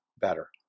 better